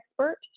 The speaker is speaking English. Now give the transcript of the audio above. expert